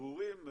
הרהורים,